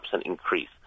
increase